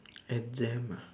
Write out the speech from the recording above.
exam ah